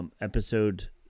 Episode